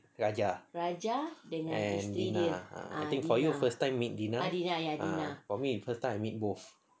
raja and ah ah I think for you first time meet lina ah for me first time I meet both